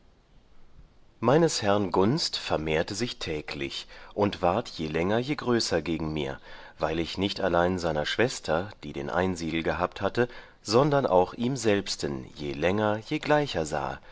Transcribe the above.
meines herrn gunst vermehrte sich täglich und ward je länger je größer gegen mir weil ich nicht allein seiner schwester die den einsiedel gehabt hatte sondern auch ihm selbsten je länger je gleicher sahe